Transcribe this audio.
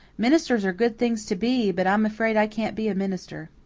ministers are good things to be, but i'm afraid i can't be a minister.